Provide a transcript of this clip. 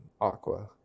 Aqua